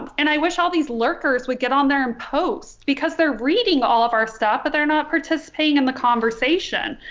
and i wish all these lurkers would get on there and post because they're reading all of our stuff but they're not participating in the conversation.